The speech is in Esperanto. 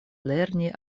lerni